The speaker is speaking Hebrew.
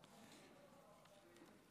20,319 תיקים.